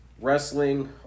wrestling